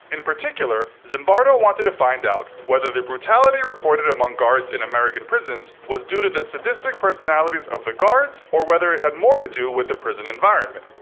in particular, zimbardo wanted to find out whether the brutality reported among guards in american prisons was due to the sadistic personalities of the guards, or whether it had more to do with the prison environment.